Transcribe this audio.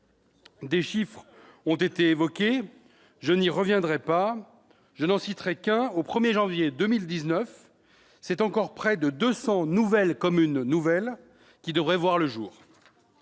Des chiffres ont été évoqués, je n'y reviendrai pas. Je n'en citerai qu'un : au 1 janvier 2019, c'est encore près de 200 « nouvelles communes nouvelles » qui devraient voir le jour.